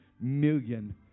million